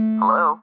Hello